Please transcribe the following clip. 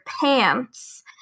pants